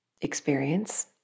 experience